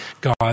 God